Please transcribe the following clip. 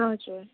हजुर